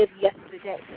yesterday